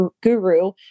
guru